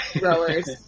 Rowers